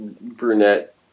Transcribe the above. brunette